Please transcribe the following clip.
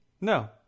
no